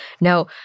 Now